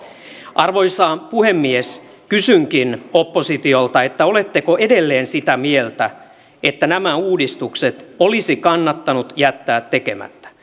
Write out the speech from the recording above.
arvoisa puhemies kysynkin oppositiolta oletteko edelleen sitä mieltä että nämä uudistukset olisi kannattanut jättää tekemättä